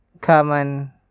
common